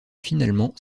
finalement